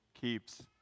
keeps